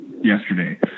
yesterday